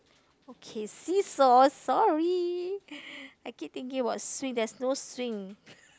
okay seesaw sorry I keep thinking about swing there's no swing